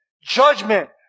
Judgment